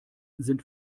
sind